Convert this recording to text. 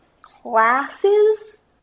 classes